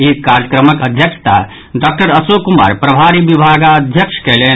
इ कार्यक्रमक अध्यक्षता डाक्टर अशोक कुमार प्रभारी विभागाध्यक्ष कयलनि